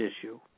issue